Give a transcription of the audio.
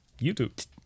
YouTube